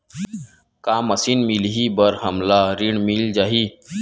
का मशीन मिलही बर हमला ऋण मिल जाही?